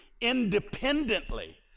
independently